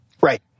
Right